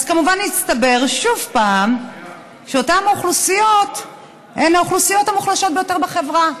כמובן הסתבר שוב שאותן אוכלוסיות הן האוכלוסיות המוחלשות ביותר בחברה.